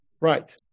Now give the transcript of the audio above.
Right